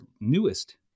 newest